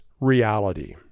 reality